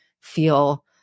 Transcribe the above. feel